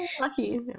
Lucky